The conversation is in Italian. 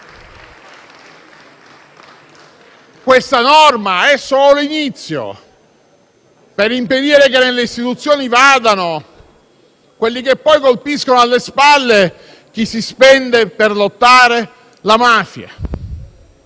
Questa norma è solo l'inizio, per impedire che nelle istituzioni vadano coloro che poi colpiscono alle spalle chi si spende per combattere la mafia.